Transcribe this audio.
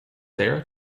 there